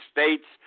States